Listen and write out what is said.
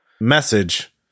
Message